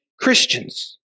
Christians